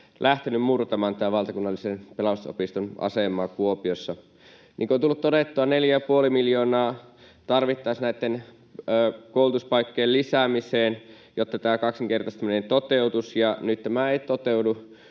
lähtenyt murtamaan tämän valtakunnallisen Pelastusopiston asemaa Kuopiossa. Niin kuin on tullut todettua, 4,5 miljoonaa tarvittaisiin näitten koulutuspaikkojen lisäämiseen, jotta tämä kaksinkertaistaminen toteutuisi, ja nyt tämä ei toteudu,